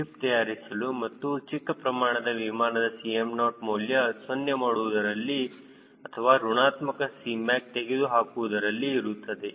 lift ತಯಾರಿಸಲು ಮತ್ತು ಚಿಕ್ಕ ಪ್ರಮಾಣದ ವಿಮಾನದ Cm0 ಮೌಲ್ಯ 0 ಮಾಡುವುದರಲ್ಲಿ ಅಥವಾ ಋಣಾತ್ಮಕ Cmac ತೆಗೆದು ಹಾಕುವುದರಲ್ಲಿ ಇರುತ್ತದೆ